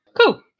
cool